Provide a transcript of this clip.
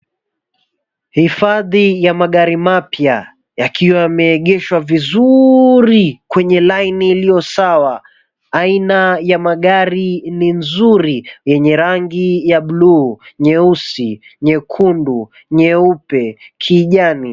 Hifadhi ya magari mapya yakiwa yemeegeshwa vizuurii kwenye laini iliyo sawa. Aina ya magari ni nzuri yenye rangi ya buluu, nyeusi, nyekundu, nyeupe, kijani.